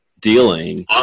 dealing